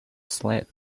slate